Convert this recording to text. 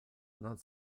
non